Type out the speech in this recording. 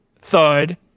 third